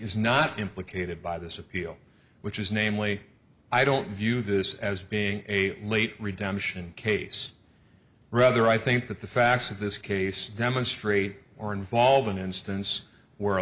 is not implicated by this appeal which is namely i don't view this as being a late redemption case rather i think that the facts of this case demonstrate or involve an instance where